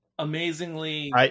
amazingly